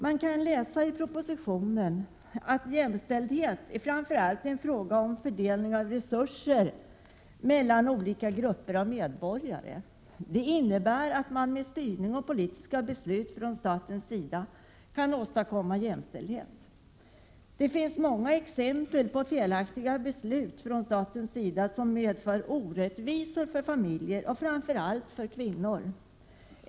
Man kan läsa i propositionen att jämställdhet framför allt är en fråga om fördelning av resurser mellan olika grupper av medborgare. Det innebär att man med styrning och politiska beslut från statens sida kan åstadkomma jämställdhet. Det finns många exempel på felaktiga beslut från statens sida som medför orättvisor för familjer och framför allt för kvinnor.